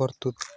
ಬರ್ತುದ್